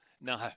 No